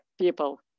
people